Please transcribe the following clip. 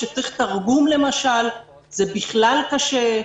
כשצריך למשל תרגום זה בכלל קשה.